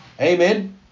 Amen